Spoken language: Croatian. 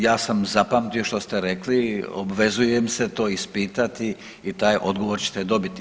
Ja sam zapamtio što ste rekli, obvezujem se to ispitati i taj odgovor ćete dobiti.